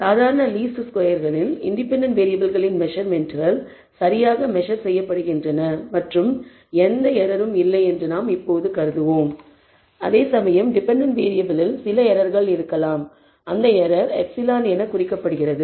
சாதாரண லீஸ்ட் ஸ்கொயர்களில் இண்டிபெண்டன்ட் வேறியபிள்களின் மெசர்மென்ட்கள் சரியாக மெசர் செய்யப்படுகின்றன மற்றும் எந்த எரரும் இல்லை என்று நாம் எப்போதும் கருதுகிறோம் அதேசமயம் டிபெண்டன்ட் வேறியபிளில் சில எரர்கள் இருக்கலாம் அந்த எரர் ε என குறிக்கப்படுகிறது